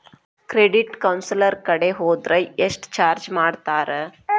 Credit counsellor ಕಡೆ ಹೊದ್ರ ಯೆಷ್ಟ್ ಚಾರ್ಜ್ ಮಾಡ್ತಾರ?